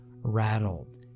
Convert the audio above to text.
rattled